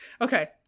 Okay